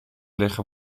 leggen